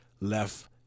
left